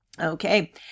okay